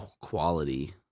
quality